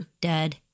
Dead